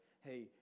Hey